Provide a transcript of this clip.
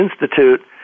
Institute